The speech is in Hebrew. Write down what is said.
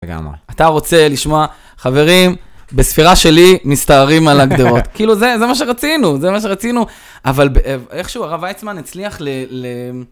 אתה רוצה לשמוע, חברים, בספירה שלי מסתערים על הגדרות. כאילו זה מה שרצינו, זה מה שרצינו. אבל איכשהו, הרב ויצמן הצליח ל...